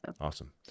awesome